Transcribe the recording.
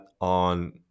on